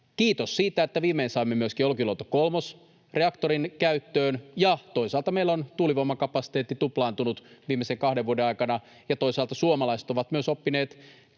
Kiitos siitä, että viimein saimme myöskin Olkiluodon kolmosreaktorin käyttöön. Toisaalta meillä on tuulivoimakapasiteetti tuplaantunut viimeisen kahden vuoden aikana, ja toisaalta suomalaiset ovat myös oppineet